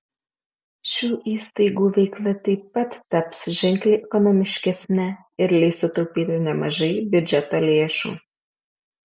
šių įstaigų veikla taip pat taps ženkliai ekonomiškesne ir leis sutaupyti nemažai biudžeto lėšų